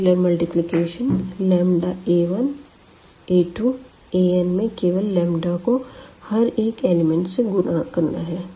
scalar multiplication a1a2an में केवल lambda को हर एक एलिमेंट से गुणा करना है